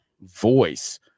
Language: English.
voice